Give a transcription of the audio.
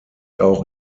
auch